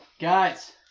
Guys